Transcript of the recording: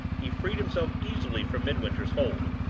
he freed himself easily from midwinter's hold.